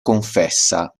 confessa